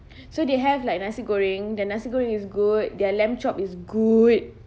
so they have like nasi goreng their nasi goreng is good their lamb chop is good